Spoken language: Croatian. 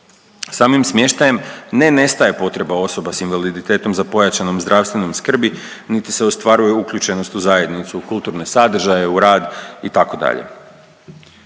Samim smještajem ne nestaje potreba osoba s invaliditetom za pojačanom zdravstvenom skrbi niti se ostvaruje uključenost u zajednicu, u kulturne sadržaje, u rad itd..